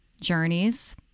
journeys